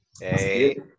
Hey